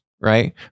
right